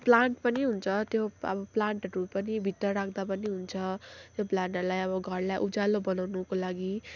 plant पनि हुन्छ त्यो अब प्लान्टहरू पनि भित्र राख्दा पनि हुन्छ त्यो प्लाटहरूलाई अब घरलाई उज्यालो बनाउनुको लागि